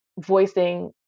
voicing